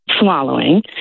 swallowing